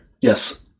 Yes